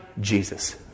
Jesus